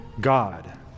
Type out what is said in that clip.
God